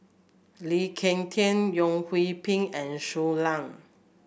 Lee Ek Tieng Yeo Hwee Bin and Shui Lan